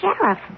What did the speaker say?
sheriff